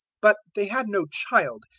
but they had no child,